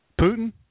Putin